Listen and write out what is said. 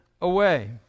away